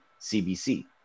CBC